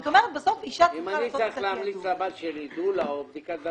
זאת אומרת, בסוף אישה צריכה לעשות את התעדוף.